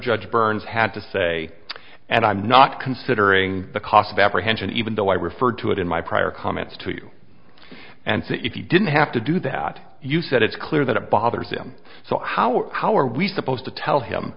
judge burns had to say and i'm not considering the cost of apprehension even though i referred to it in my prior comments to you and so if you didn't have to do that you said it's clear that a bothers him so how are how are we supposed to tell him